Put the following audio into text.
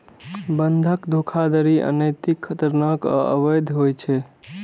बंधक धोखाधड़ी अनैतिक, खतरनाक आ अवैध होइ छै